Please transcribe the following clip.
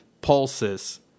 pulses